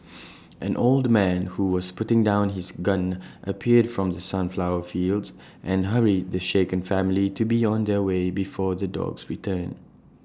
an old man who was putting down his gun appeared from the sunflower fields and hurried the shaken family to be on their way before the dogs return